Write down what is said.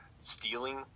stealing